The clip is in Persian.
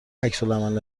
عکسالعمل